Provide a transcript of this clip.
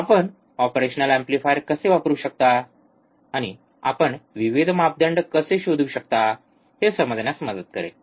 आपण operational amplifier कसे वापरू शकता आणि आपण विविध मापदंड कसे शोधू शकता हे समजण्यास मदत करेल